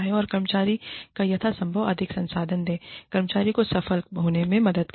और कर्मचारी को यथासंभव अधिक संसाधन दें और कर्मचारी को सफल होने में मदद करें